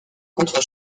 contre